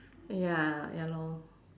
ya ya lor